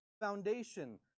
foundation